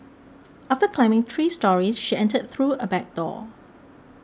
after climbing three storeys she entered through a back door